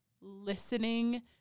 listening